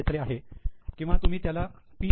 घेतले आहे किंवा तुम्ही त्याला पी